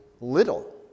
little